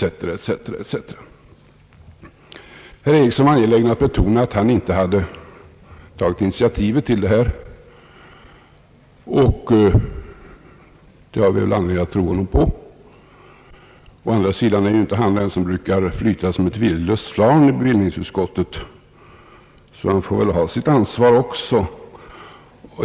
Herr Ericsson var angelägen att betona att han inte hade tagit initiativet till detta, och jag har väl anledning att tro honom. Å andra sidan är han inte den som brukar flyta som ett viljelöst flarn i bevillningsutskottet, så han får väl också ta sitt ansvar.